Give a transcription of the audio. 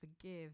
forgive